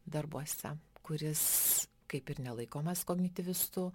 darbuose kuris kaip ir nelaikomas kognityvistu